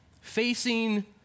facing